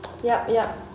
yup yup